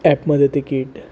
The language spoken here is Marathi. ॲपमध्ये तिकीट